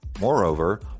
Moreover